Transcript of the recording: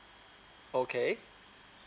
okay